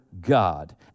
God